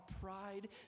pride